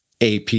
AP